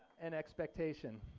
and expectation.